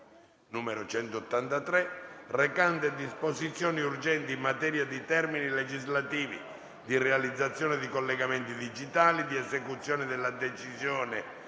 n. 183, recante disposizioni urgenti in materia di termini legislativi, di realizzazione di collegamenti digitali, di esecuzione della decisione